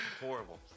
horrible